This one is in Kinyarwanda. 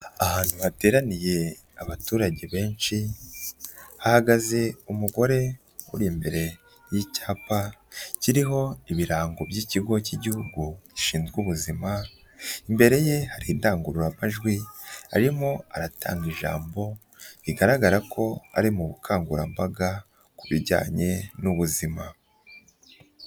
Ahantu hateraniye abaturage benshi, hahagaze umugore uri imbere y'icyapa kiriho ibirango by'ikigo cy'igihugu gishinzwe ubuzima, imbere ye hari indangururamajwi, arimo aratanga ijambo bigaragara ko ari mu bukangurambaga ku bijyanye n'ubuzima.